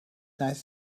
nice